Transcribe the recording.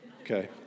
Okay